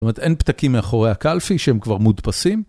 זאת אומרת אין פתקים מאחורי הקלפי שהם כבר מודפסים?